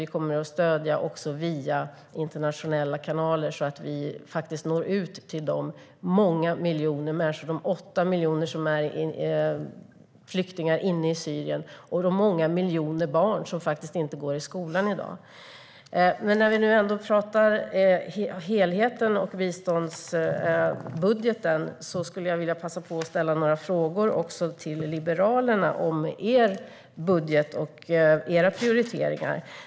Vi kommer också att stödja via internationella kanaler så att vi når ut till de 8 miljoner människor som är flyktingar inne i Syrien och de många miljoner barn som inte går i skolan i dag. När vi nu ändå talar om helheten och biståndsbudgeten vill jag passa på att ställa några frågor om Liberalernas budget och prioriteringar.